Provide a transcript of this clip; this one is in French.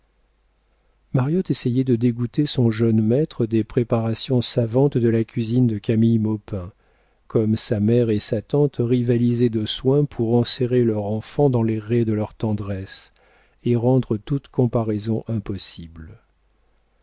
essayait de dégoûter son jeune maître des préparations savantes de la cuisine de camille maupin comme sa mère et sa tante rivalisaient de soins pour enserrer leur enfant dans les rets de leur tendresse et rendre toute comparaison impossible